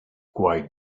quiet